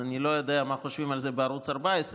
אז אני לא יודע מה חושבים על זה בערוץ 14,